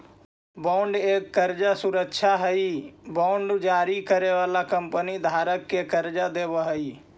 bond एक कर्जा सुरक्षा हई बांड जारी करे वाला कंपनी धारक के कर्जा देवऽ हई